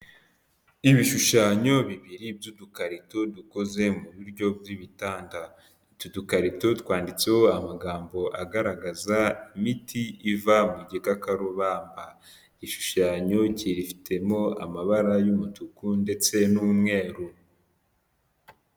Ibishushanyo bibiri by'udukarito dukoze mu buryo bw'ibitanda, utu dukarito twanditseho amagambo agaragaza imiti iva mu gikakarubamba, igishushanyo gifitemo amabara y'umutuku ndetse n'umweru.